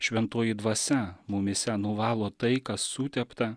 šventoji dvasia mumyse nuvalo tai kas sutepta